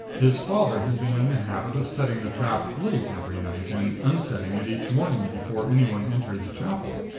his father had been in the habit of setting the trap late every night and unsetting it each morning before anyone entered the chapel.